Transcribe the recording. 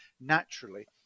naturally